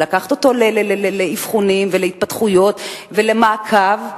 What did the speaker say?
ולקחת אותו לאבחונים ולמעקב התפתחות,